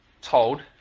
told